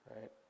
right